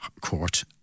Court